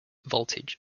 voltage